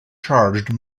charged